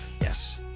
Yes